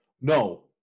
no